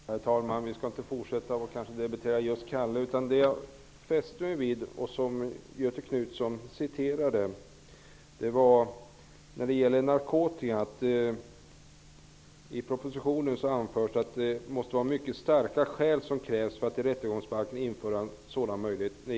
Herr talman! Vi skall kanske inte fortsätta diskussionen om just Kalle. Jag fäste mig vid det som Göthe Knutson citerade beträffande narkotikan och tvångsmedicineringen, nämligen att det i propositionen anförs att ''mycket starka skäl krävs för att i RB införa en sådan möjlighet''.